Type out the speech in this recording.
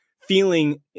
feeling